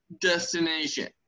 destination